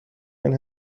این